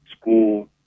school